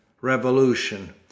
Revolution